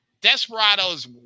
Desperado's